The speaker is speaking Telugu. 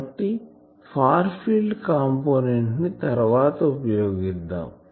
కాబట్టి ఫార్ ఫీల్డ్ కాంపోనెంట్ ని తరవాత ఉపయోగిద్దాం